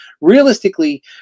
realistically